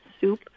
soup